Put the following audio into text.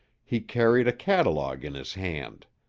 he carried a catalogue in his hand.